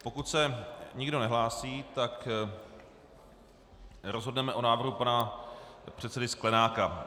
Pokud se nikdo nehlásí, tak rozhodneme o návrhu pana předsedy Sklenáka.